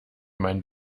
meinen